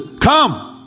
Come